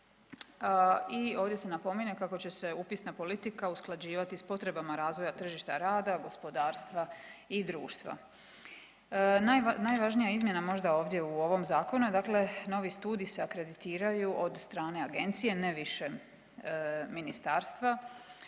I ovdje se napominje kako će se upisna politika usklađivati sa potrebama razvoja tržišta rada, gospodarstva i društva. Najvažnija izmjena možda ovdje u ovom zakonu je dakle novi studiji se akreditiraju od strane agencije ne više ministarstva,